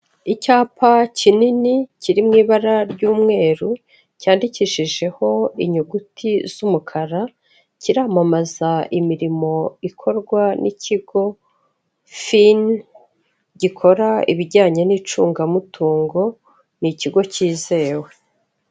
Icyapa kinini kiri mu ibara ry'umweru cyandikishijeho inyuguti z'umukara, kiramamaza imirimo ikorwa n'ikigo FIN gikora ibijyanye n'icungamutungo, ni ikigo cyizewe.